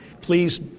Please